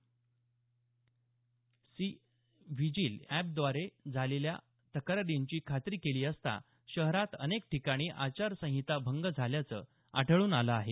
C vigil एपद्वारे आलेल्या तक्रारींची खात्री केली असता शहरात अनेक ठिकाणी आचारसंहिता भंग झाल्याचं आढळून आलं आहे